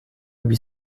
huit